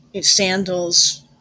sandals